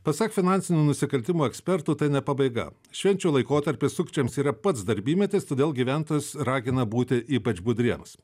pasak finansinių nusikaltimų ekspertų tai ne pabaiga švenčių laikotarpis sukčiams yra pats darbymetis todėl gyventojus ragina būti ypač budriems